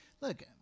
look